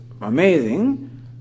amazing